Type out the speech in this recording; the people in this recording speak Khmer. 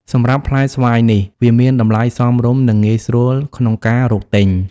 សម្រាប់ផ្លែស្វាយនេះ វាមានតម្លៃសមរម្យ និងងាយស្រួលក្នុងការរកទិញ។